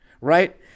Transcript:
right